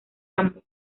ambos